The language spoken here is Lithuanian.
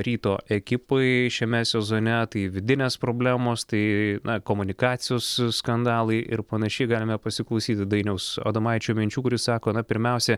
ryto ekipai šiame sezone tai vidinės problemos tai na komunikacijos skandalai ir panašiai galime pasiklausyti dainiaus adomaičio minčių kur jis sako na pirmiausia